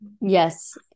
Yes